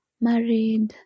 married